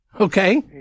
Okay